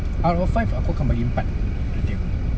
out of five aku akan bagi empat cuba tengok